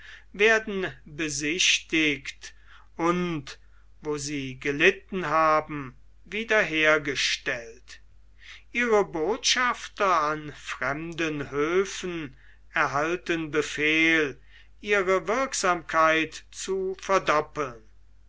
werden besichtigt und wo sie gelitten haben wieder hergestellt ihre botschafter an fremden höfen erhalten befehl ihre wirksamkeit zu verdoppeln